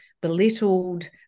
belittled